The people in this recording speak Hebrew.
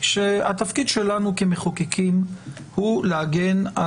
שהתפקיד שלנו כמחוקקים הוא להגן.